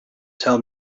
tell